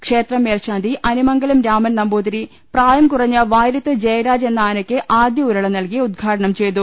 ക്ഷേത്രം മേൽശാന്തി അനിമംഗലം രാമൻനമ്പൂതിരി പ്രായം കുറഞ്ഞ വാര്യത്ത് ജയരാജ് എന്ന ആനക്ക് ആദ്യം ഉരുള നൽകി ഉദ്ഘാടനം ചെയ്തു